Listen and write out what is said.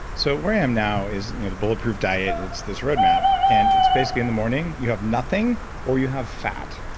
so where i am now is you know the bulletproof diet, and it's this roadmap. and it's basically in the morning you have nothing or you have fat.